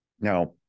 Now